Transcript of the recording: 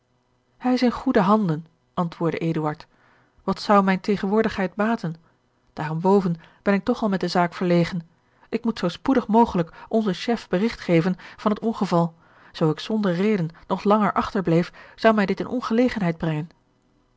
hij is in goede handen antwoordde eduard wat zou mijne tegenwoordigheid baten daarenboven ben ik toch al met de zaak george een ongeluksvogel verlegen ik moet zoo spoedig mogelijk onzen chef berigt geven vap het ongeval zoo ik zonder reden nog langer achterbleef zou mij dit in ongelegenheid brengen